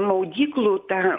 maudyklų ta